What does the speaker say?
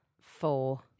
four